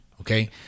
Okay